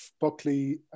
Buckley